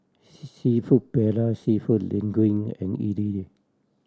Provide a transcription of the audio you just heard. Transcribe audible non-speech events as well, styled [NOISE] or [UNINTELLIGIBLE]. [UNINTELLIGIBLE] Seafood Paella Seafood Linguine and Idili